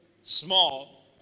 small